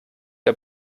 der